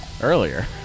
earlier